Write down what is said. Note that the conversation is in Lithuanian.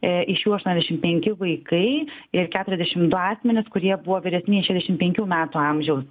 iš jų aštuoniasdešim penki vaikai ir keturiasdešimt du asmenys kurie buvo vyresni nei šešiasdešim penkių metų amžiaus